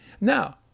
Now